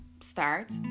start